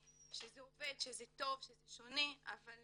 שזה טוב, זה עובד, וזה שונה, אבל